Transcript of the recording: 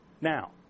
Now